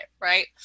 Right